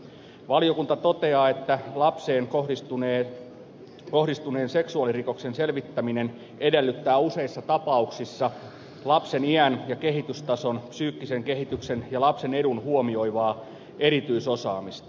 valiokunta toteaa että lapseen kohdistuneen seksuaalirikoksen selvittäminen edellyttää useissa tapauksissa lapsen iän kehitystason psyykkisen kehityksen ja lapsen edun huomioivaa erityisosaamista